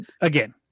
again